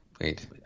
Wait